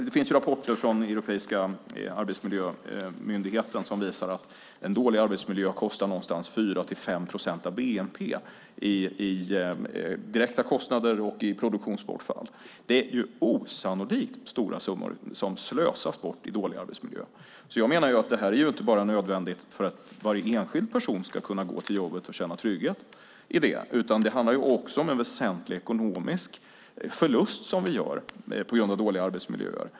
Det finns rapporter från europeiska arbetsmiljömyndigheten som visar att en dålig arbetsmiljö kostar ungefär 4-5 procent av bnp i direkta kostnader och produktionsbortfall. Det är osannolikt stora summor som slösas bort i dålig arbetsmiljö. Jag menar att detta inte bara är nödvändigt för att varje enskild person ska kunna gå till jobbet och känna trygghet, utan det handlar också om en väsentlig ekonomisk förlust som vi gör på grund av dåliga arbetsmiljöer.